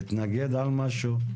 להתנגד למשהו,